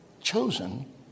chosen